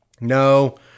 No